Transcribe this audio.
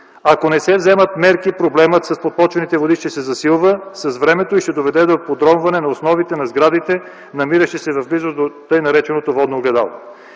Ако не се вземат мерки, проблемът с подпочвените води ще се засилва с времето и ще доведе до подронване на основите на сградите, намиращи се в близост до така нареченото Водно огледало.